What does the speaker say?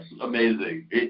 amazing